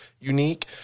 unique